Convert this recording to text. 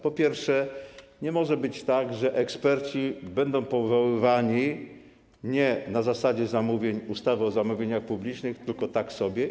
Po pierwsze, nie może być tak, że eksperci będą powoływani nie na zasadzie ustawy o zamówieniach publicznych, tylko tak sobie.